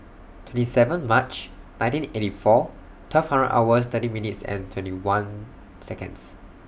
twenty seven March nineteen eighty four twelve hundred hours thirty minutes and twenty one Seconds